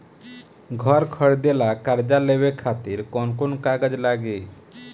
घर खरीदे ला कर्जा लेवे खातिर कौन कौन कागज लागी?